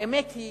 האמת היא